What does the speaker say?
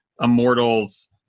Immortals